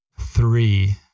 three